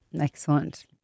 Excellent